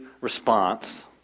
response